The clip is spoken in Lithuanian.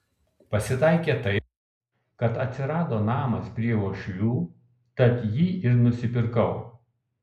pasitaikė taip kad atsirado namas prie uošvių tad jį ir nusipirkau